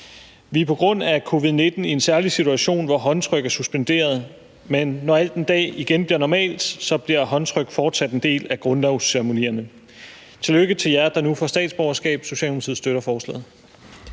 Vi er på grund af covid-19 i en særlig situation, hvor håndtryk er suspenderet, men når alt en dag igen bliver normalt, bliver håndtryk fortsat en del af grundlovsceremonierne. Tillykke til jer, der nu får statsborgerskab. Socialdemokratiet støtter forslaget.